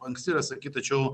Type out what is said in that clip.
anksti yra sakyt tačiau